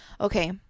Okay